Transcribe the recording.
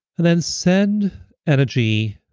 and then send energy